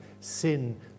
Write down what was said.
sin